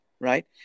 right